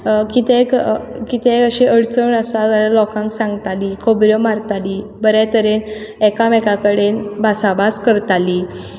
कितेंय कितेंय अशें अडचण आसा जाल्यार लोकांक सांगताली खोबऱ्यो मारताली बरें तरेन एकामेका कडेन भासाभास करताली